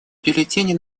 бюллетени